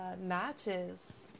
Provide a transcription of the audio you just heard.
matches